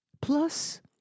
Plus